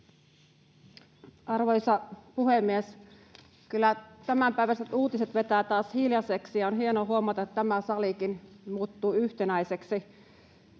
Arvoisa puhemies! Kyllä tämänpäiväiset uutiset vetävät taas hiljaiseksi, ja on hienoa huomata, että tämä salikin muuttuu yhtenäiseksi.